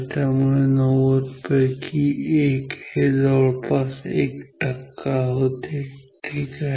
त्यामुळे 90 पैकी 1 हे जवळपास 1 टक्का होते ठीक आहे